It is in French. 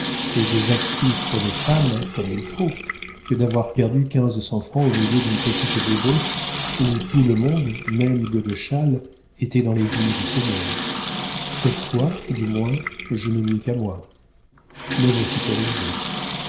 et des actrices pour des femmes comme il faut que d'avoir perdu quinze cents francs au milieu d'une petite débauche où tout le monde même godeschal était dans les vignes du seigneur cette fois du moins je n'ai nui qu'à moi me voici corrigé